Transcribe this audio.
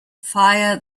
fire